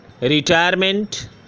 Retirement